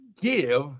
give